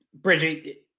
Bridget